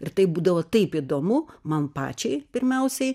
ir tai būdavo taip įdomu man pačiai pirmiausiai